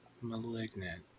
*Malignant*